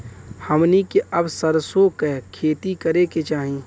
हमनी के कब सरसो क खेती करे के चाही?